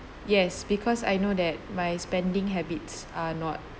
yes because I know that my spending habits are not